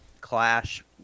clash